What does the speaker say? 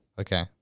Okay